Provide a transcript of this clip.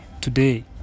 today